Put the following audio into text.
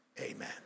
amen